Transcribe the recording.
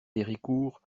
héricourt